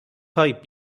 pipe